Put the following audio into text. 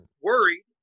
worried